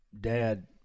dad